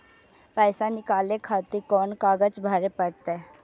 पैसा नीकाले खातिर कोन कागज भरे परतें?